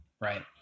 Right